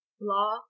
Law